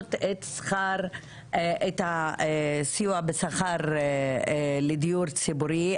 להעלות את הסיוע בדיור הציבורי,